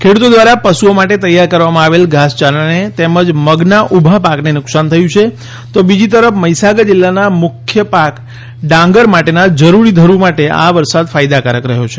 ખેડૂતો દ્વારા પશુઓ માટે તૈયાર કરવામાં આવેલ ધાસયારાને તેમજ મગના ઉભા પાકને નુકશાન થયું છે તો બીજી તરફ મહીસાગર જિલ્લાના મુખ્ય પાક ડાંગર માટેના જરૂરી ધરૂં માટે આ વરસાદ ફાયદા કારક રહ્યો છે